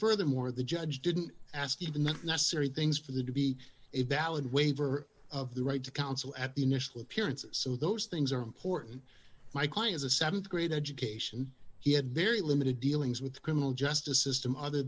furthermore the judge didn't ask even the necessary things for the to be a valid waiver of the right to counsel at the initial appearances so those things are important my client's a th grade education he had very limited dealings with the criminal justice system other